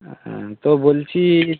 হ্যাঁ তো বলছি